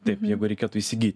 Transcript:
taip jeigu reikėtų įsigy